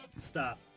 Stop